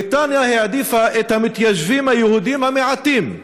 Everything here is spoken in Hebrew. בריטניה העדיפה את המתיישבים היהודים המעטים,